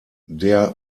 der